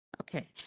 Okay